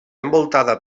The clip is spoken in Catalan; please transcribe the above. envoltada